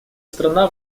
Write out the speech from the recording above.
страна